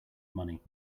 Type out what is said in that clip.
money